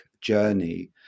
journey